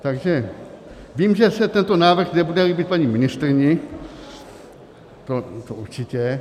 Takže vím, že se tento návrh nebude líbit paní ministryni, to určitě.